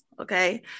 okay